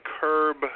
curb